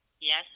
Yes